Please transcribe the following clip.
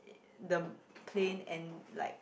the plane and like